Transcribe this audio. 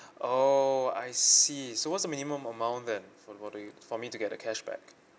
oh I see so what's the minimum amount then from what do you for me to get a cashback